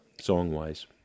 song-wise